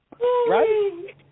Right